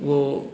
वो